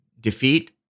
defeat